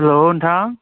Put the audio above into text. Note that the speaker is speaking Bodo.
हेल' नोंथां